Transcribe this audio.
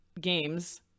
games